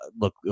Look